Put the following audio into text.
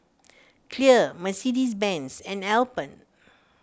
Clear Mercedes Benz and Alpen